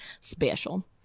special